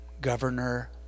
governor